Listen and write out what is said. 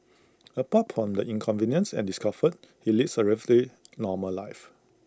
apart from the inconvenience and discomfort he leads A relatively normal life